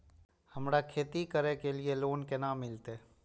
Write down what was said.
हमरा खेती करे के लिए लोन केना मिलते?